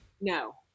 No